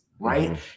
Right